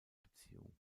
beziehung